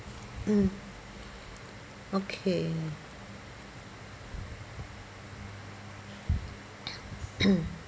mm okay